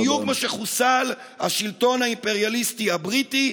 בדיוק כמו שחוסל השלטון האימפריאליסטי הבריטי,